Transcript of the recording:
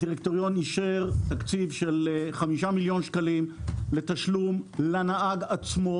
הדירקטוריון אישר תקציב של 5 מיליון שקלים לתשלום לנהג עצמו,